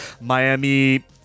Miami